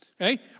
Okay